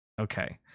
Okay